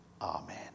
amen